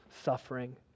suffering